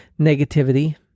negativity